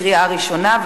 קריאה ראשונה.